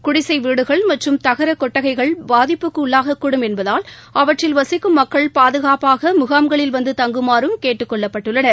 குடிசை வீடுகள் மற்றும் தகர கொட்டகைகள் பாதிப்புக்கு உள்ளாகக்கூடும் என்பதால் அவற்றில் வசிக்கும் மக்கள் பாதுகாப்பாக முகாம்களில் வந்து தங்குமாறும் கேட்டுக் கொள்ளப்பட்டுள்ளனர்